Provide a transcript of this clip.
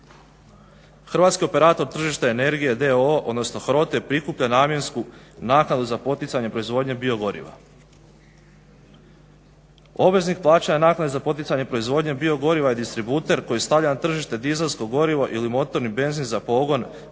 Hrvatski operator tržište energije d.o.o. odnosno HROTE prikuplja namjensku naknadu za poticanje proizvodnje biogoriva. Obveznik plaća naknadu za poticanje proizvodnje biogoriva jer distributer koji stavlja na tržište dizelsko gorivo ili motorni benzin za pogon